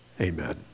Amen